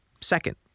second